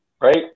right